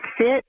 sit